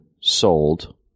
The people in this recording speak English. sold